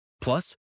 Plus